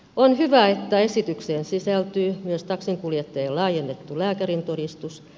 on hyvä että esitykseen sisältyy myös taksinkuljettajien laajennettu lääkärintodistus